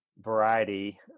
variety